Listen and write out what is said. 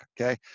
Okay